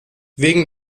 wegen